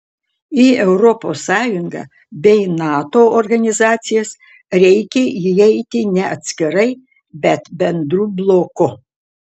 į europos sąjungą bei nato organizacijas reikia įeiti ne atskirai bet bendru bloku